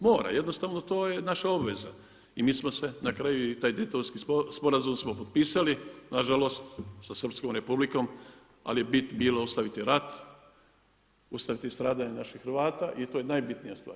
Mora, jednostavno to je naša obveza i mi smo se na kraju i taj Daytonski sporazum smo potpisali na žalost sa Srpskom Republikom ali je bit bila ostaviti rat, ustaviti stradanja naših Hrvata i to je najbitnija stvar.